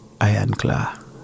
Ironclaw